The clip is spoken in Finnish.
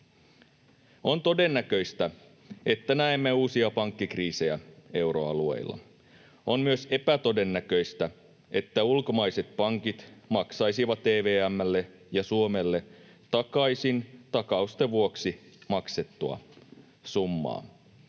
On todennäköistä, että näemme uusia pankkikriisejä euroalueella. On myös epätodennäköistä, että ulkomaiset pankit maksaisivat EVM:lle ja Suomelle takaisin takausten vuoksi maksettua summaa.